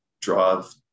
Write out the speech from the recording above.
drive